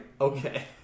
Okay